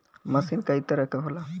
मसीन कई तरीके क होला